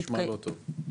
נשמע לא טוב.